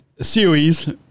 series